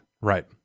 Right